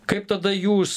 kaip tada jūs